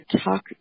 talk